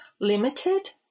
limited